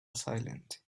silent